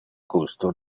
gusto